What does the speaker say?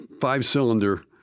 five-cylinder